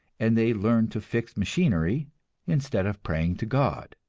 and they learn to fix machinery instead of praying to god.